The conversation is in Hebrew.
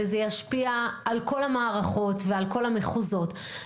וזה ישפיע על כל המערכות ועל כל המחוזות.